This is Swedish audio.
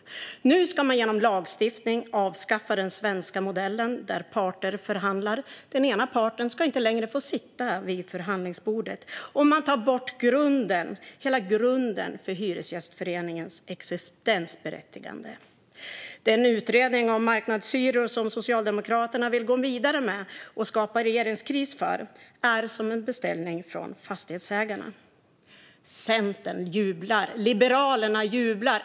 Nu ska man genom lagstiftning avskaffa den svenska modellen, där parter förhandlar. Den ena parten ska inte längre få sitta vid förhandlingsbordet. Man tar därmed bort hela grunden för Hyresgästföreningens existensberättigande. Den utredning om marknadshyror som Socialdemokraterna vill gå vidare med och skapa regeringskris för är som en beställning från Fastighetsägarna. Centern jublar, Liberalerna jublar.